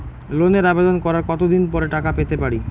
লোনের আবেদন করার কত দিন পরে টাকা পেতে পারি?